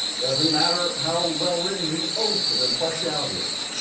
doesn't matter how well written the oath of impartiality is.